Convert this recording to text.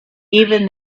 even